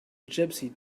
gypsy